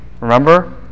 remember